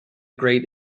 great